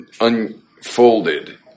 unfolded